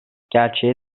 gerçeğe